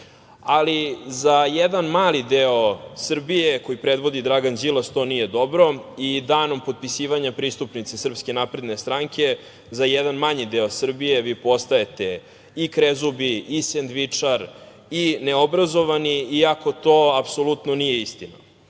Ali za jedan mali deo Srbije koji predvodi Dragan Đilas to nije dobro i danom potpisivanja pristupnice SNS za jedan manji deo Srbije vi postajete i krezubi i sendvičar i neobrazovani iako to apsolutno nije istina,